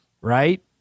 Right